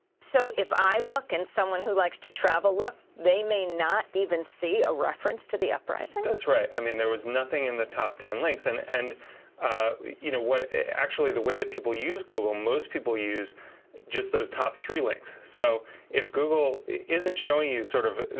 so if i look and someone who likes to travel look, they may not even see a reference to the uprising? that's right. i mean there was nothing in the top ten links. and and you know actually the way that people use google, most people use just those top three links. so if google isn't showing you, sort of,